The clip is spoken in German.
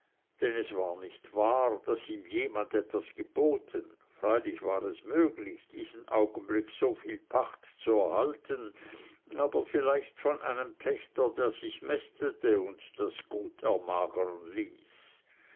es war nicht wahr daß ihm jemand etwas geboten freilich war es möglich diesen augenblick so viel pacht zu erhalten aber vielleicht von einem pächter der sich mästete und das gut ermagern ließ